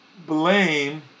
Blame